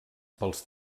pels